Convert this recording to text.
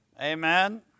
Amen